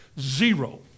Zero